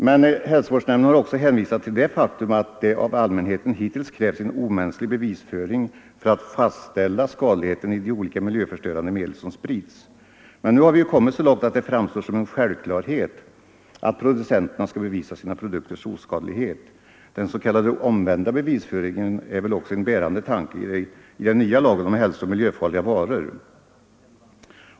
Men hälsovårdsnämnden har också hänvisat till det faktum att det av allmänheten hittills krävts en omänsklig bevisföring för att fastställa skadligheten i de olika miljöförstörande medel som sprids. Men nu har vi ju kommit så långt att det framstår som en självklarhet att producenterna skall bevisa sina produkters oskadlighet. Den s.k. omvända bevisföringen är väl också en bärande tanke i den nya lagen om hälsooch miljöfarliga varor.